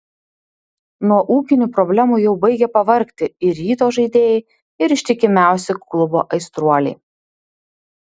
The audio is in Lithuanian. nuo ūkinių problemų jau baigia pavargti ir ryto žaidėjai ir ištikimiausi klubo aistruoliai